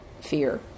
fear